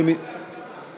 הגענו להסכמה.